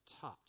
touch